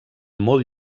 molt